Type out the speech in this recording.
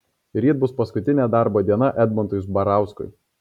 ryt bus paskutinė darbo diena edmundui zbarauskui